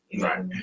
right